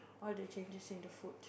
all the changes in the font